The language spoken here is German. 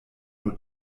nur